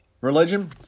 Religion